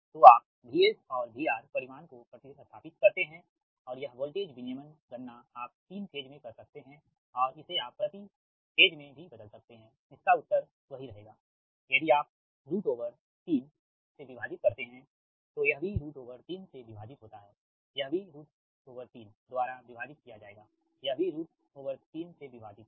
तो आप VS और VR परिमाण को प्रति स्थापित करते हैं और यह वोल्टेज विनियमन गणना आप 3 फेज में कर सकते हैं और इसे आप प्रति चरण में भी बदल सकते हैं इसका उत्तर भी वही रहेगा यदि आप 3 से विभाजित करते हैं तो यह भी 3 से विभाजित होता है यह भी 3द्वारा विभाजित किया जाएगा यह भी 3 से विभाजित है